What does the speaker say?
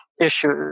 issues